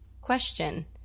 question